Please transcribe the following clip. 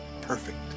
perfect